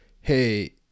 Hey